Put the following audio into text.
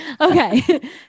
Okay